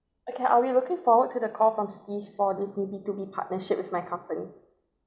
okay I'll be looking forward to the call from steve for this new B to B partnership with my company